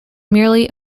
merely